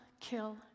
kill